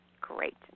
Great